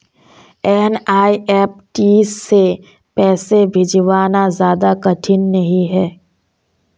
NEFT से पैसे भिजवाना ज्यादा कठिन नहीं है